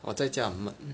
我在家很闷